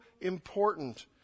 important